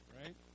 right